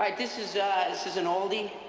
like this is ah this is an oldie,